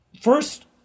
First